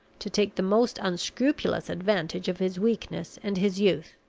to take the most unscrupulous advantage of his weakness and his youth.